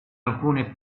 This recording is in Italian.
alcune